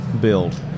build